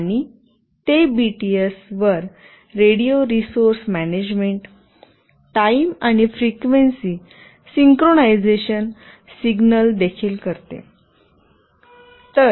आणि ते बीटीएस वर रेडिओ रिसोर्स मॅनेजमेंट टाईम आणि फ्रिक्वेन्सी सिंक्रोनायझेशन सिग्नल देखील करते